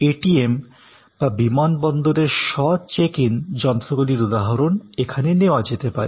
ATM বা বিমানবন্দরের স্ব চেক ইন যন্ত্রগুলির উদাহরণ এখানে নেওয়া যেতে পারে